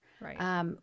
Right